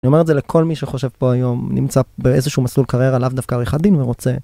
אני אומר את זה לכל מי שחושב פה היום, נמצא באיזשהו מסלול קריירה, לאו דווקא עריכת דין ורוצה.